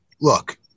look